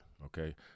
Okay